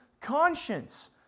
conscience